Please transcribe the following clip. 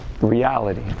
reality